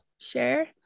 share